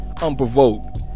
unprovoked